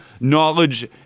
knowledge